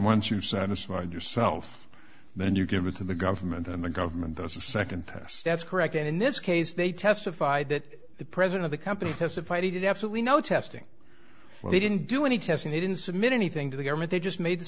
once you've satisfied yourself then you give it to the government and the government the second test that's correct and in this case they testified that the president of the company testified he did absolutely no testing they didn't do any testing they didn't submit anything to the government they just made the